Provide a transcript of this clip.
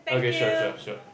okay sure sure sure